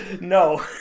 No